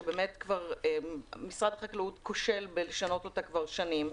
שכבר משרד החקלאות כושל בשינוי שלה כבר שנים.